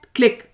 Click